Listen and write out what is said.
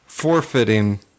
forfeiting